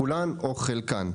כולם או חלקם.